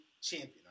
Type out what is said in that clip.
champion